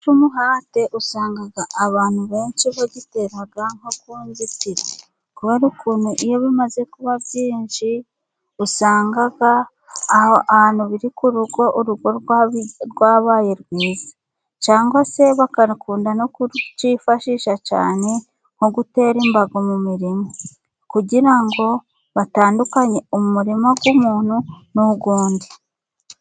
Igiti cy'umuhate usanga abantu benshi bagitera nko ku nzitiro kubera ukuntu iyo bimaze kuba byinshi usanga aho ahantu biri ku rugo, urugo rwabaye rwiza. Cyangwa se bagakunda no kucyifashisha cyane nko gutera imbago mu mirima, kugira ngo batandukanye umurima w'umuntu n'uwundi.